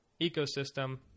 ecosystem